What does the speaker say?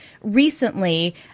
recently